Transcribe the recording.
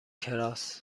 کراس